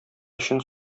өчен